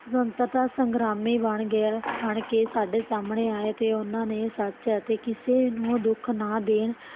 ਸੁਤੰਤਰਤਾ ਸੰਗਰਾਮੀ ਬਣ ਗਿਆ ਬਣ ਕੇ ਸਾਡੇ ਸਾਹਮਣੇ ਆਏ ਤੇ ਉਹਨਾਂ ਨੇ ਸੱਚ ਤੇ ਕਿਸੇ ਨੂੰ ਦੁੱਖ ਨਾ ਦੇਣ